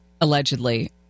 allegedly